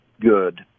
good